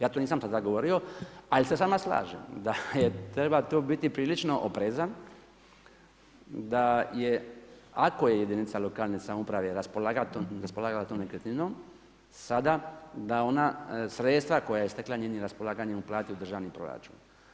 Ja to nisam tada govorio, ali se s vama slažem da treba tu biti prilično oprezan, da ako je jedinica lokalne samouprave raspolagala tom nekretninom sada da ona sredstva koja je stekla njenom raspolaganjem uplati u državni proračun.